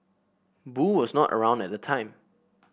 boo was not around at the time